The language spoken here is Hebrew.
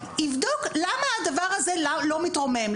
יבדוק מה הסיבה שהדבר הזה לא מתרומם,